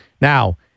Now